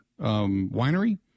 Winery